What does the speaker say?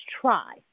try